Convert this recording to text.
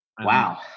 wow